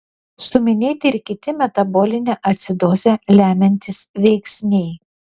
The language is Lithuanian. suminėti ir kiti metabolinę acidozę lemiantys veiksniai